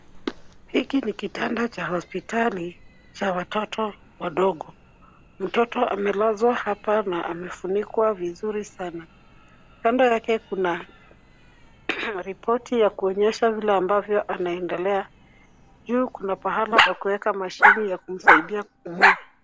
Hiki ni kitanda cha hospitali cha watoto wadogo. Mtoto amelazwa hapa na amefunikwa vizuri sana. Kando yake kuna ripoti ya kuonyesha vile ambavyo ameendelea. Juu kuna pahala pa kueka mashini ya kumsaidia kupumua.